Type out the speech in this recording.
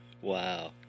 Wow